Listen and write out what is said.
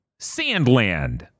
Sandland